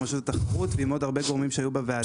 עם רשות התחרות ועם עוד הרבה גורמים שהיו בוועדה.